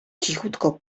cichutko